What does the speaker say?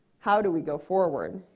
how do we go forward?